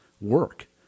work